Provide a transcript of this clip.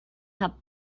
had